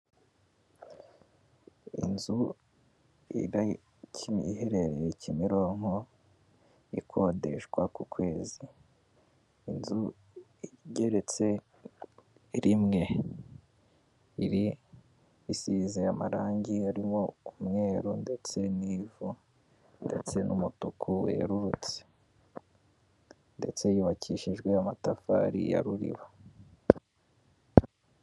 Inzu iherereye kimironko ikodeshwa ku kwezi, inzu igeretse rimwe iri isize amarangi arimo umweru ndetse n'ivu ndetse n'umutuku werurutse ndetse yubakishijwe amatafari ya ruriba.